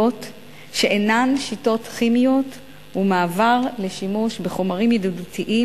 שאינן שיטות כימיות ומעבר לשימוש בחומרים ידידותיים